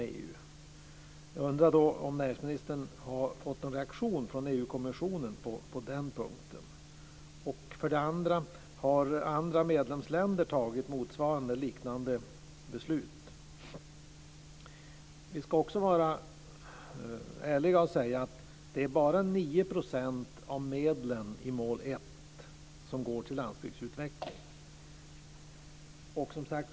Jag undrar om näringsministern har fått någon reaktion från EU-kommissionen på den punkten. För det andra har andra medlemsländer fattat liknande beslut. Vi ska också vara ärliga och säga att det bara är 9 % av medlen i mål 1 som går till landsbygdsutveckling.